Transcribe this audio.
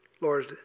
Lord